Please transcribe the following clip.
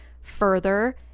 further